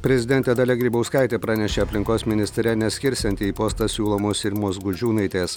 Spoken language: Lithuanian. prezidentė dalia grybauskaitė pranešė aplinkos ministre neskirsianti į postą siūlomos irmos gudžiūnaitės